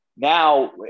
Now